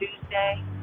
Tuesday